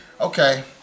Okay